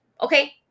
Okay